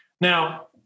Now